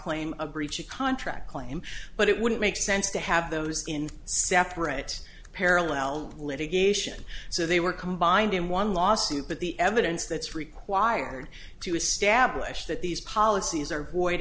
claim a breach of contract claim but it wouldn't make sense to have those in separate parallel litigation so they were combined in one lawsuit but the evidence that's required to establish that these policies are void